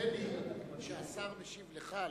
נדמה לי שהשר משיב לך,